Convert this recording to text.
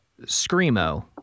screamo